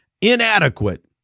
inadequate